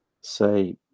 say